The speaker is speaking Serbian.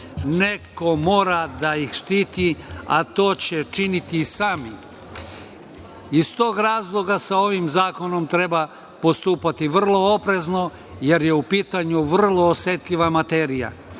neko mora da ih štiti a to će činiti sami. Iz tog razloga sa ovim zakonom treba postupati vrlo oprezno, jer je u pitanju vrlo osetljiva materija.